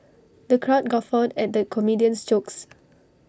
the crowd guffawed at the comedian's jokes